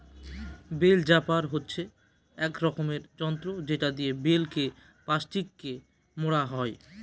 bell wrapper হচ্ছে এক রকমের যন্ত্র যেটা দিয়ে বেল কে প্লাস্টিকে মোড়া হয়